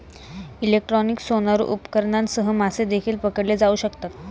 electronic sonar उपकरणांसह मासे देखील पकडले जाऊ शकतात